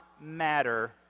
matter